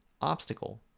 obstacle